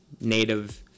native